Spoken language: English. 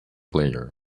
player